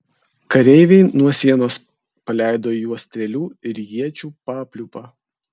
kareiviai nuo sienos paleido į juos strėlių ir iečių papliūpą